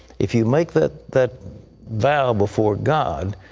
if you make that that vow before god,